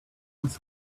his